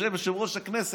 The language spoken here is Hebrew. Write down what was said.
יושב-ראש הכנסת: